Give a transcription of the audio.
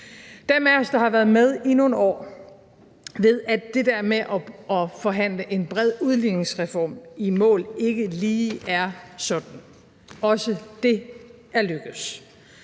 Dem af os, der har været med i nogle år, ved, at det der med at forhandle en bred udligningsreform i mål, ikke lige er sådan. Også det er lykkedes.